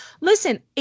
listen